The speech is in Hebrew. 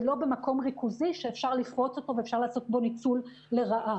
זה לא במקום ריכוזי שאפשר לפרוץ אותו ולעשות בו ניצול לרעה.